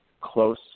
close